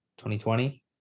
2020